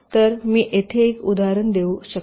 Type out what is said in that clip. तर मी येथे एक उदाहरण देऊ शकते